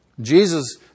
Jesus